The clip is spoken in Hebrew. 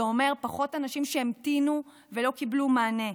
זה אומר פחות אנשים שהמתינו ולא קיבלו מענה.